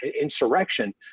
insurrection